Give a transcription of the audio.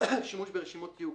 שימוש ברשימות תיוג,